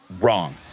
Wrong